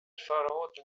charlotte